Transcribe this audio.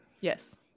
Yes